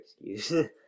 excuse